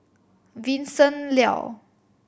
Vincent Leow